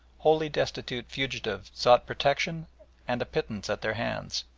wholly-destitute fugitive sought protection and a pittance at their hands.